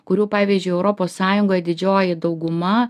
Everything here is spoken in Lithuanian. kurių pavyzdžiui europos sąjungoj didžioji dauguma